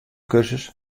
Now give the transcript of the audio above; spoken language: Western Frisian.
kursus